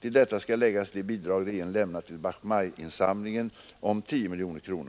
Till detta skall läggas det bidrag regeringen lämnat till Bach Maiinsamlingen om 10 miljoner kronor.